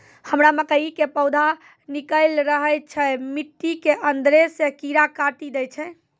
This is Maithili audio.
हमरा मकई के पौधा निकैल रहल छै मिट्टी के अंदरे से कीड़ा काटी दै छै?